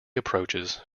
approaches